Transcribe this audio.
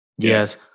Yes